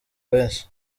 benshi